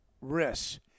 risks